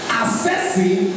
assessing